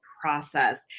process